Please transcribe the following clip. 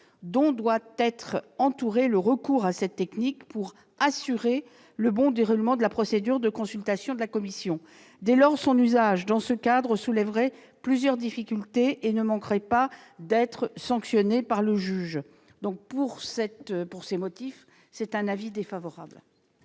qui doivent entourer le recours à cette technique pour assurer le bon déroulement de la procédure de consultation de la commission. Dès lors, son usage dans ce cadre soulèverait plusieurs difficultés et ne manquerait pas d'être sanctionné par le juge. Pour ces motifs, le Gouvernement émet un avis défavorable